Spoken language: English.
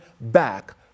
back